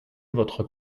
votre